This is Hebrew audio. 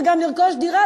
לרכוש דירה,